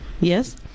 yes